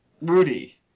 Rudy